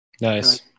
Nice